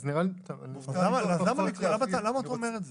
אז למה אתה אומר את זה?